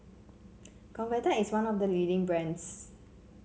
Convatec is one of the leading brands